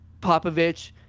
Popovich